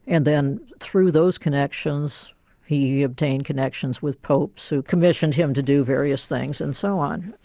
and then through those connections he obtained connections with popes who commissioned him to do various things, and so on.